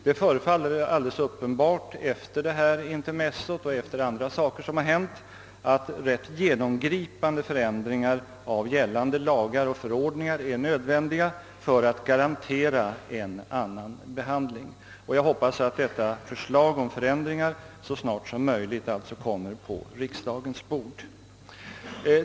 Det förefaller alldeles uppenbart, efter det nu aktuella intermezzot och efter andra händelser som har inträffat, att rätt genomgripande förändringar av gällande lagar och förordningar är nödvändiga för att garantera en annan behandling. Jag hoppas att detta förslag om förändringar så snart som möjligt alltså kommer på riksdagens bord.